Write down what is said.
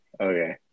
Okay